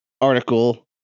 article